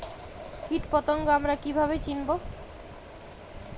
কীটপতঙ্গ আমরা কীভাবে চিনব?